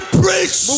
preach